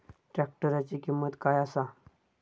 ट्रॅक्टराची किंमत काय आसा?